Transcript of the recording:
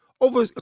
over